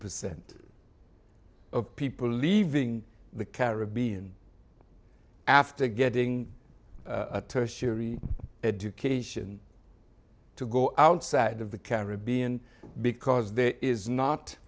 percent of people leaving the caribbean after getting a tertiary education to go outside of the caribbean because there is not